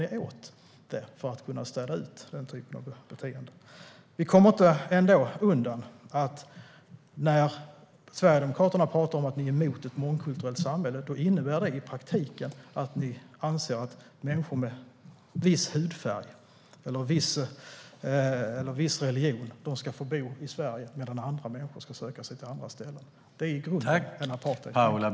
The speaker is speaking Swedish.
Tillfälliga begräns-ningar av möjligheten att få uppehålls-tillstånd i Sverige Vi kommer ändå inte undan följande faktum: När ni i Sverigedemokraterna talar om att ni är emot ett mångkulturellt samhälle innebär det i praktiken att ni anser att människor med en viss hudfärg eller en viss religion ska få bo i Sverige, medan andra människor ska söka sig till andra ställen. Det är i grunden en apartheidtanke.